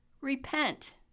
Repent